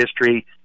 history